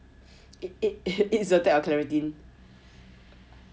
eat Zyrtec or Claritin